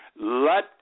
Let